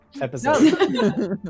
episode